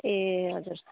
ए हजुर